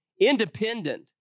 independent